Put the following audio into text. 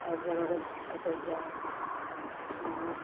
आओर जगहके कतहु जाउ जाउ